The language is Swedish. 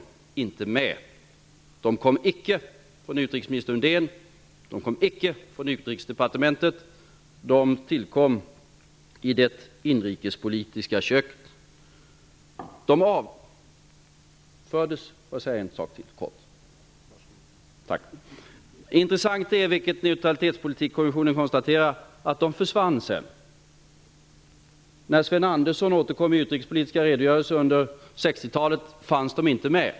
De kom icke från utrikesminister Östen Undén. De kom icke från Utrikesdepartementet. De tillkom i det inrikespolitiska köket. Det är intressant, vilket Neutralitetspolitikkommissionen konstaterade, att de försvann sedan. När Sven Andersson återkom i utrikespolitiska redogörelser under 60-talet fanns de inte med.